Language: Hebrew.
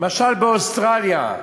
למשל באוסטרליה,